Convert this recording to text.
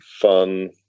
fun